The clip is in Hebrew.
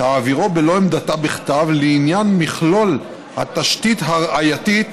תעבירו בלא עמדתה בכתב לעניין מכלול התשתית הראייתית